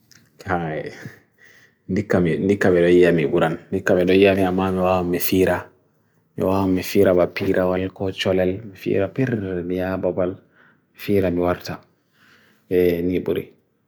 Sobiraabe do dilla do yewtan sai be tokki lawol fere, sai be lari hore mabbe ha duniyaaru fere je be anda.